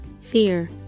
fear